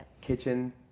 Kitchen